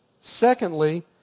Secondly